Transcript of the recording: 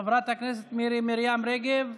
חברת הכנסת מירי מרים רגב,